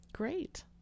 great